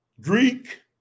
Greek